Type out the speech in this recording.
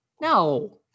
no